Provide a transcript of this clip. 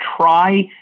try